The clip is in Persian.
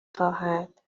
خواهد